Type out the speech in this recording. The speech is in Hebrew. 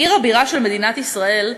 עיר הבירה של מדינת ישראל,